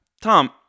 Tom